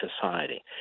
society